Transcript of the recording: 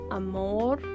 amor